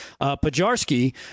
Pajarski